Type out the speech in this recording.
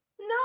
no